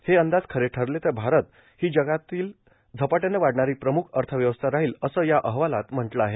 हे अंदाज खरे ठरले तर भारत ही जगातली झपाट्यानं वाढणारी प्रमुख अर्थव्यवस्था राहील असं या अहवालात म्हट्लं आहे